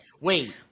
wait